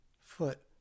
foot